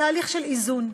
בתהליך של איזון,